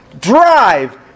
drive